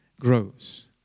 grows